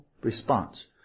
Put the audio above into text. response